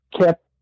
kept